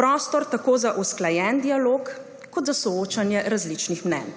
Prostor tako za usklajen dialog kot za soočanje različnih mnenj.